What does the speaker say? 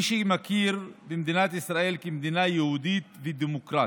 מי שמכיר במדינת ישראל כמדינה יהודית ודמוקרטית.